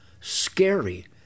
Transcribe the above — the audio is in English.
scary